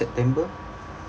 september